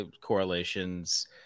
correlations